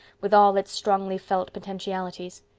with all its strongly felt potentialities.